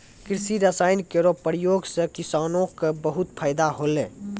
कृषि रसायन केरो प्रयोग सँ किसानो क बहुत फैदा होलै